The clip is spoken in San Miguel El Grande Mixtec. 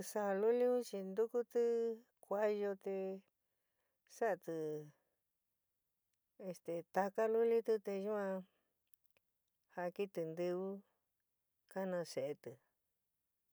Saa luli un chi ntukuti kuayo te sa'ati este taka luliti te yuan jakiti ntiwi kanaa se'eti.